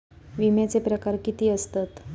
विमाचे प्रकार किती असतत?